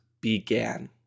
began